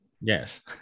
Yes